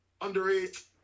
underage